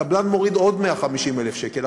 הקבלן מוריד עוד 150,000 שקל.